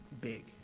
big